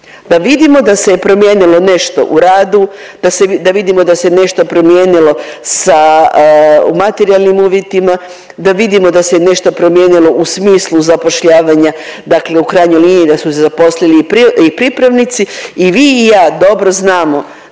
da vidimo da se je promijenilo nešto u radu, da vidimo da se nešto promijenilo sa, u materijalnim uvjetima, da vidimo da se nešto promijenilo u smislu zapošljavanja, dakle u krajnjoj liniji da su se zaposlili i pripravnici. I vi i ja dobro znamo